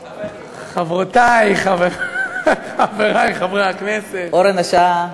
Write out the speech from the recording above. חברותי, חברי חברי הכנסת, אורן, השעה.